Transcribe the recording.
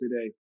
today